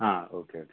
ಹಾಂ okay okay